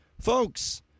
Folks